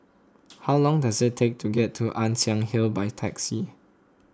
how long does it take to get to Ann Siang Hill by taxi